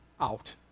out